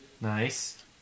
Nice